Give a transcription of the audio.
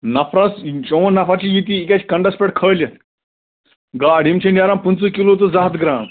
نَفرَس چون نَفَر چھُ ییٚتی یہِ گژھِ کَنٛڈَس پٮ۪ٹھ کھٲلِتھ گاڑ یِم چھِ نیران پٕنٛژٕہ کِلوٗ تہٕ زٕ ہتھ گرام